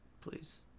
please